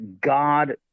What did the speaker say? God-